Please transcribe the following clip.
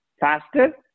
faster